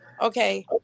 okay